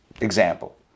Example